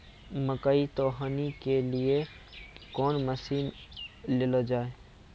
मकई तो हनी के लिए कौन मसीन ले लो जाए?